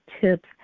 tips